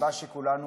הסיבה שכולנו